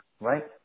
Right